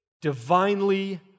Divinely